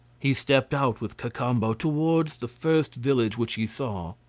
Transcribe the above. he stepped out with cacambo towards the first village which he saw.